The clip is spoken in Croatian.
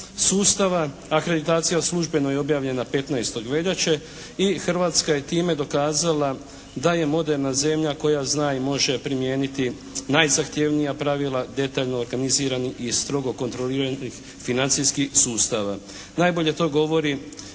sustava. Akreditacija službeno je objavljena 15. veljače i Hrvatska je time dokazala da je moderna zemlja koja zna i može primijeniti najzahtjevnija pravila detaljno organiziranih i strogo kontroliranih financijskih sustava.